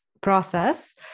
process